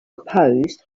opposed